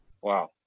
Wow